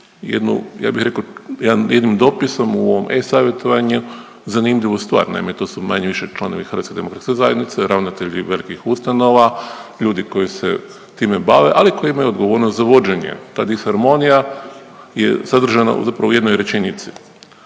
jednim dopisom u ovom e-savjetovanju zanimljivu stvar. Naime, to su manje-više članovi Hrvatske demokratske zajednice, ravnatelji velikih ustanova, ljudi koji se time bave ali koji imaju odgovornost za vođenje. Ta disharmonija je sadržana zapravo u jednoj rečenici.